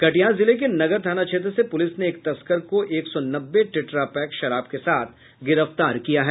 कटिहार जिले के नगर थाना क्षेत्र से पुलिस ने एक तस्कर को एक सौ नब्बे टेट्रा पैक शराब के साथ गिरफ्तार किया है